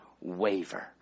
waver